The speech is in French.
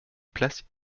place